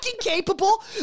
capable